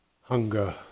hunger